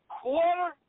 quarter